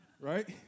Right